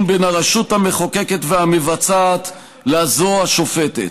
בין הרשות המחוקקת והמבצעת לזו השופטת.